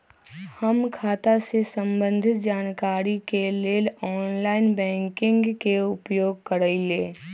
हम खता से संबंधित जानकारी के लेल ऑनलाइन बैंकिंग के उपयोग करइले